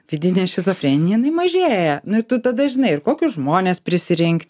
vidinė šizofrenija jinai mažėja nu tu tada žinai kokius žmones prisirinkt